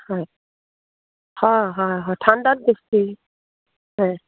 হয় হয় হয় হয় ঠাণ্ডাত বেছি হয়